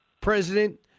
president—